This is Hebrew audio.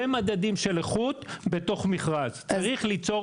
אלה מדדים של איכות בתוך מכרז; צריך ליצור